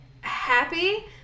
happy